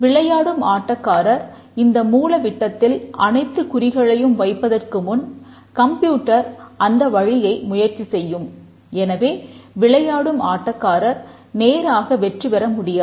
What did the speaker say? விளையாடும் ஆட்டக்காரர் இந்த மூலவிட்டத்தில் அனைத்துக் குறிகளையும் வைப்பதற்கு முன் கம்ப்யூட்டர் அந்த வழியை முயற்சி செய்யும் எனவே விளையாடும் ஆட்டக்காரர் நேராக வெற்றி பெற முடியாது